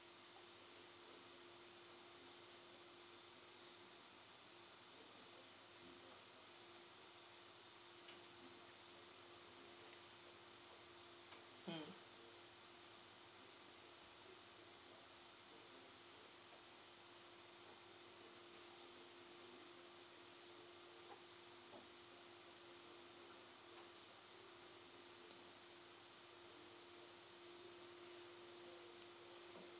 mm